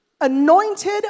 anointed